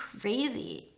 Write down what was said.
crazy